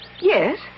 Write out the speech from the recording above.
yes